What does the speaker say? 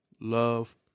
Love